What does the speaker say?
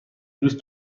دوست